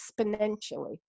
exponentially